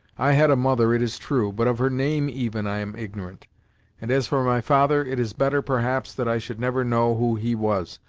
i had a mother, it is true but of her name even, i am ignorant and, as for my father, it is better, perhaps, that i should never know who he was,